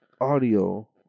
audio